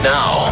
Now